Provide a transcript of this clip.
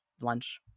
lunch